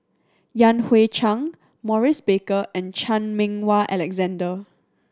Yan Hui Chang Maurice Baker and Chan Meng Wah Alexander